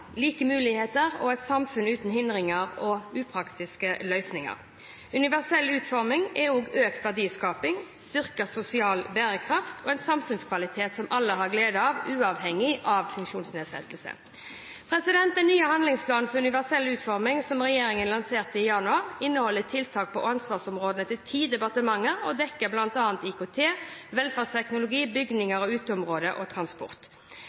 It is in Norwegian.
like muligheter og et samfunn uten hindringer og upraktiske løsninger. Universell utforming er også økt verdiskaping, styrket sosial bærekraft og en samfunnskvalitet som alle har glede av, uavhengig av funksjonsnedsettelse. Den nye handlingsplanen for universell utforming, som regjeringen lanserte i januar, inneholder tiltak på ansvarsområdene til ti departementer og dekker bl.a. IKT, velferdsteknologi, bygninger, uteområder og transport.